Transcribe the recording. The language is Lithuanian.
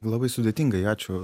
labai sudėtingai ačiū